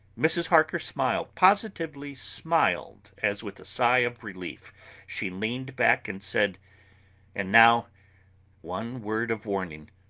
mrs. harker smiled, positively smiled, as with a sigh of relief she leaned back and said and now one word of warning,